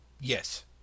Yes